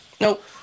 Nope